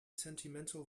sentimental